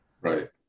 Right